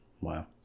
Wow